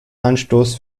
anstoß